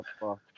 fuck